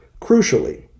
Crucially